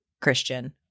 Christian